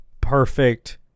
perfect